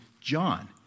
John